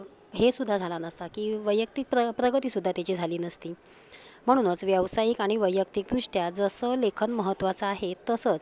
हेसुद्धा झाला नसता की वैयक्तिक प्र प्रगतीसुद्धा त्याची झाली नसती म्हणूनच व्यावसायिक आणि वैयक्तिकदृष्ट्या जसं लेखन महत्वाचं आहे तसंच